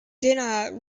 dinah